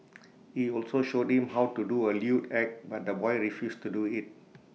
he also showed him how to do A lewd act but the boy refused to do IT